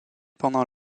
pendant